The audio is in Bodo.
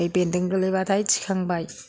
बेन्दों गोलैबाथाय थिखांबाय